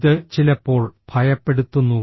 ഇത് ചിലപ്പോൾ ഭയപ്പെടുത്തുന്നു